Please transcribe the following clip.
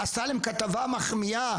עשתה עליהם כתבה מחמיאה